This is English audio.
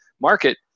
market